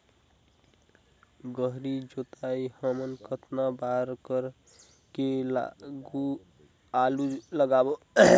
गहरी जोताई हमन कतना बार कर के आलू लगाबो?